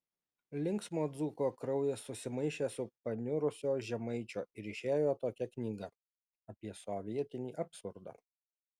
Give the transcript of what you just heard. linksmo dzūko kraujas susimaišė su paniurusio žemaičio ir išėjo tokia knyga apie sovietinį absurdą